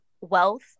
wealth